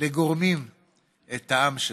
לגורמים את העם שלנו,